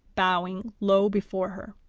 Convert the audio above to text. bowing low before her,